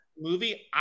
movie